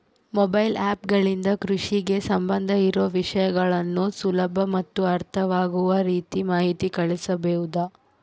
Mobile app ಗಳಿಂದ ಕೃಷಿಗೆ ಸಂಬಂಧ ಇರೊ ವಿಷಯಗಳನ್ನು ಸುಲಭ ಮತ್ತು ಅರ್ಥವಾಗುವ ರೇತಿ ಮಾಹಿತಿ ಕಳಿಸಬಹುದಾ?